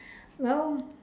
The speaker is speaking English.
well